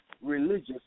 religious